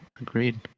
Agreed